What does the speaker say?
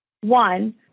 One